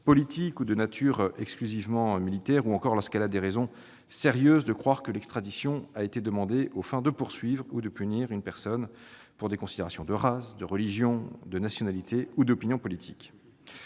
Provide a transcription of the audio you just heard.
politique ou de nature exclusivement militaire, ou encore lorsqu'elle a des raisons sérieuses de croire que l'extradition a été demandée aux fins de poursuivre ou de punir une personne pour des considérations de race, de religion, de nationalité ou d'opinion politique.